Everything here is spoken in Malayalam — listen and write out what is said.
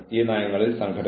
അത് ശരിയായിരിക്കണം